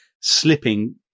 slipping